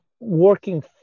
working